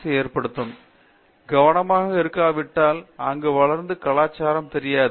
பேராசிரியர் பிரதாப் ஹரிடாஸ் நீங்கள் கவனமாக இருக்காவிட்டால் அங்கு வளர்ந்து கலாச்சாரம் தெரியாது